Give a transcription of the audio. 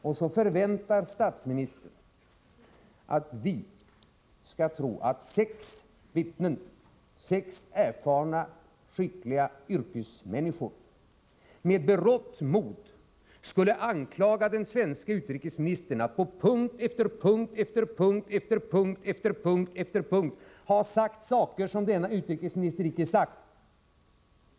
Och så förväntar statsministern att vi skall tro att sex vittnen, sex erfarna, skickliga yrkesmänniskor, med berått mod skulle anklaga den svenske utrikesministern för att på punkt efter punkt efter punkt ha sagt saker som denne utrikesminister icke sagt.